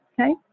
Okay